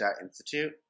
Institute